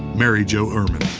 mary jo, irmen.